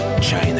China